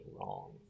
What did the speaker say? wrong